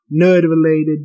nerd-related